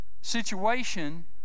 situation